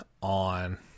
on